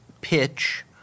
pitch